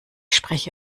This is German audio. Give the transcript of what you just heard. spreche